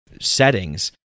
settings